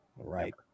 Right